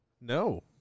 No